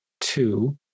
two